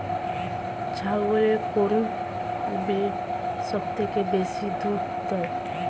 ছাগলের কোন ব্রিড সবথেকে বেশি দুধ দেয়?